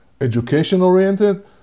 education-oriented